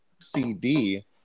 cd